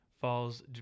falls